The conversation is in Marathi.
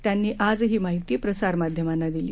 त्यांनी आज ही माहिती प्रसारमाध्यमांना दिली